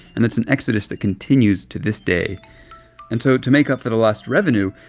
and it's an exodus that continues to this day and so to make up for the lost revenue,